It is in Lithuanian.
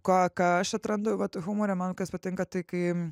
ką ką aš atrandu vat humore man kas patinka tai kai